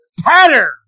pattern